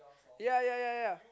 ya ya ya